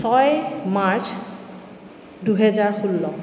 ছয় মাৰ্চ দুহেজাৰ ষোল্ল